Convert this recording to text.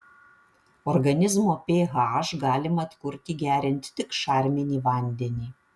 organizmo ph galima atkurti geriant tik šarminį vandenį